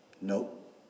Nope